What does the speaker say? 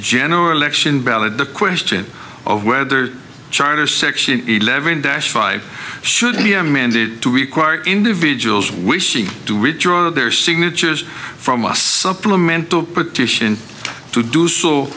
general election ballot the question of whether charter section eleven dash five should be amended to require individuals wishing to withdraw their signatures from a supplemental petition to do so